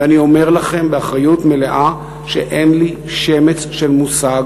ואני אומר לכם באחריות מלאה שאין לי שמץ של מושג